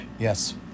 Yes